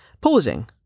pausing